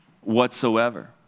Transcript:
whatsoever